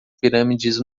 pirâmides